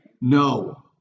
No